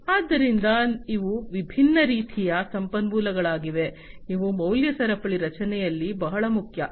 ಆದ್ದರಿಂದ ಇವು ವಿಭಿನ್ನ ರೀತಿಯ ಸಂಪನ್ಮೂಲಗಳಾಗಿವೆ ಇವು ಮೌಲ್ಯ ಸರಪಳಿ ರಚನೆಯಲ್ಲಿ ಬಹಳ ಮುಖ್ಯ